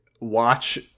watch